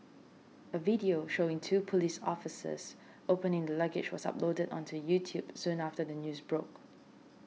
a video showing two police officers opening the luggage was uploaded onto YouTube soon after the news broke